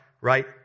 right